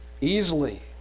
easily